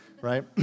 right